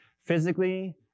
physically